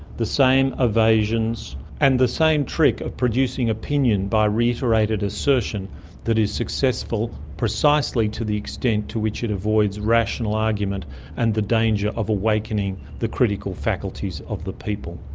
the same evasions and the same trick of producing opinion by reiterated assertion that is successful precisely to the extent to which it avoids rational argument and the danger of awakening the critical faculties of the people'.